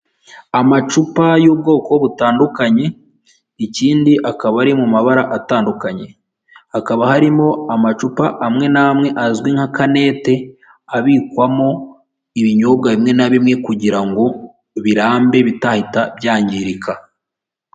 Amacupa y'ubwoko butandukanye ikindi akaba ari mu mabara atandukanye, hakaba harimo amacupa amwe n'amwe azwi nka kanete abikwamo ibinyobwa bimwe na bimwe kugira ngo birambe bitahita byangirika.